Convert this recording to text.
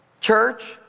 Church